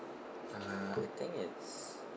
uh I think it's